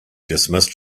dismissed